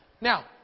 Now